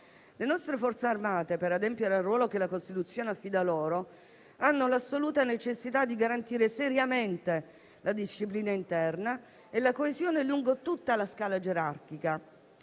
Le nostre Forze armate, per adempiere al ruolo che la Costituzione affida loro, hanno l'assoluta necessità di garantire seriamente la disciplina interna e la coesione lungo tutta la scala gerarchica,